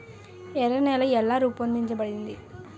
ఎర్ర నేల ఎలా రూపొందించబడింది?